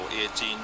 18